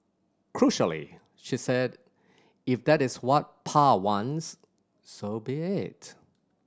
crucially she said If that is what Pa wants so be it